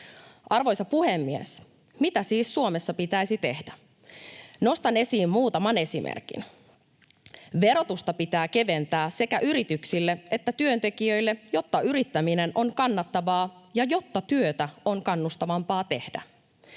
Arvoisa puhemies! Mitä siis Suomessa pitäisi tehdä? Nostan esiin muutaman esimerkin: Verotusta pitää keventää sekä yrityksille että työntekijöille, jotta yrittäminen on kannattavaa ja jotta työtä on kannustavampaa tehdä.